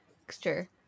texture